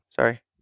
Sorry